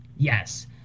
Yes